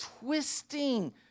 twisting